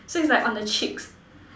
so is like on the cheeks